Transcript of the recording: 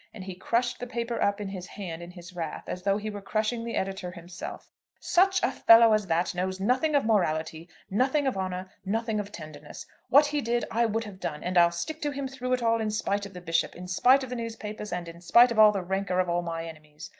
and he crushed the paper up in his hand in his wrath, as though he were crushing the editor himself such a fellow as that knows nothing of morality, nothing of honour, nothing of tenderness. what he did i would have done, and i'll stick to him through it all in spite of the bishop, in spite of the newspapers, and in spite of all the rancour of all my enemies.